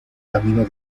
camino